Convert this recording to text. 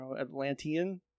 atlantean